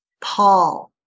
Paul